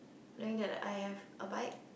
knowing that I have a bike